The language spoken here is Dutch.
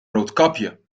roodkapje